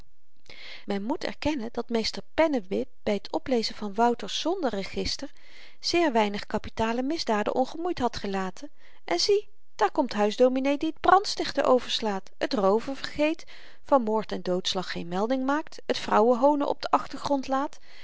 men moet erkennen dat meester pennewip by t oplezen van wouter's zondenregister zeer weinig kapitale misdaden ongemoeid had gelaten en zie daar komt huisdominee die t brandstichten overslaat het rooven vergeet van moord en doodslag geen melding maakt het vrouwenhoonen op den achtergrond laat